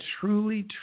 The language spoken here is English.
truly